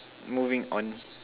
moving on